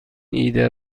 ایده